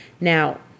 Now